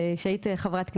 כשהיית חברת כנסת.